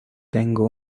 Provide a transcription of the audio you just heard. tengo